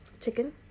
chicken